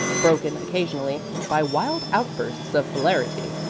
broken occasionally by wild outbursts of hilarity,